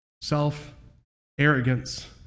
self-arrogance